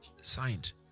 signed